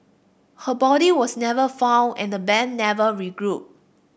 her body was never found and the band never regrouped